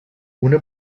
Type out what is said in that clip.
una